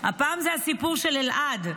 הפעם זה הסיפור של אלעד,